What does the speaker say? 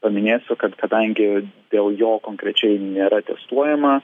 paminėsiu kad kadangi dėl jo konkrečiai nėra testuojama